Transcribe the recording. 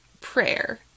prayer